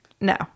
No